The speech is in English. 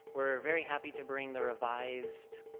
we're very happy to bring the revised